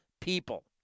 people